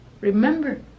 remember